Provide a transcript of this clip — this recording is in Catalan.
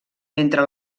mentre